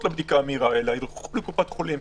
לבדיקה המהירה אלא ילכו לקופת חולים,